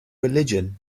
religion